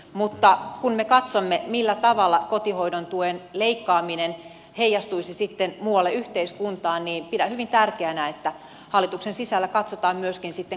mutta kun me katsomme millä tavalla kotihoidon tuen leikkaaminen heijastuisi sitten muualle yhteiskuntaan niin pidän hyvin tärkeänä että hallituksen sisällä katsotaan myöskin sitten